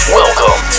Welcome